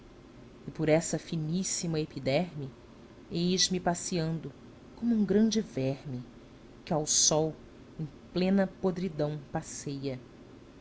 e por essa finíssima epiderme eis-me passeando como um grande verme que ao sol em plena podridão passeia